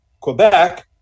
Quebec